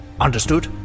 Understood